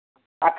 अखने